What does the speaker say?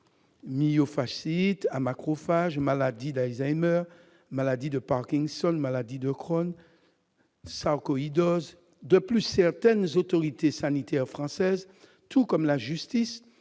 myofasciite à macrophages, maladie d'Alzheimer, maladie de Parkinson, maladie de Crohn, sarcoïdose ... De plus, certaines autorités sanitaires françaises, tout comme la justice,